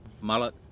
mullet